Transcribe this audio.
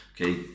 Okay